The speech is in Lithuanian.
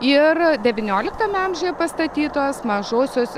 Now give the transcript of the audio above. ir devynioliktame amžiuje pastatytos mažosios